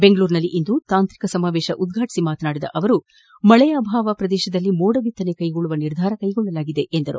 ಬೆಂಗಳೂರಿನಲ್ಲಿ ಇಂದು ತಾಂತ್ರಿಕ ಸಮಾವೇಶ ಉದ್ಘಾಟಿಸಿ ಮಾತನಾಡಿದ ಅವರು ಮಳೆ ಅಭಾವ ಪ್ರದೇಶದಲ್ಲಿ ಮೋಡ ಬಿತ್ತನೆ ಕೈಗೊಳ್ಳುವ ನಿರ್ಧಾರ ಕೈಗೊಳ್ಳಲಾಗಿದೆ ಎಂದು ಹೇಳಿದರು